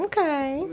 Okay